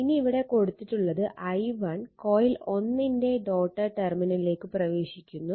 ഇനി ഇവിടെ കൊടുത്തിട്ടുള്ളത് i1 കോയിൽ 1 ന്റെ ഡോട്ട്ഡ് ടെർമിനലിലേക്ക് പ്രവേശിക്കുന്നു